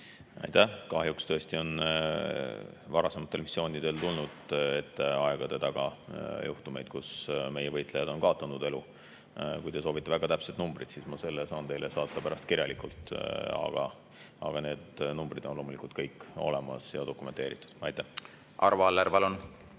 Aitäh! Kahjuks tõesti on varasematel missioonidel aegu tagasi tulnud ette juhtumeid, kus meie võitlejad on kaotanud elu. Kui te soovite väga täpset numbrit, siis ma selle saan teile saata pärast kirjalikult. Need andmed on loomulikult kõik olemas ja dokumenteeritud. Arvo Aller, palun!